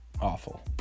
awful